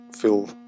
feel